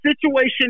situation